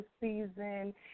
season